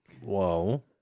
Whoa